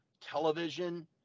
television